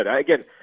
Again